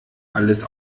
alles